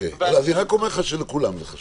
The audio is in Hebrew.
אני רק אומר לך שלכולם זה חשוב.